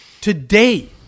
Today